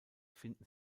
finden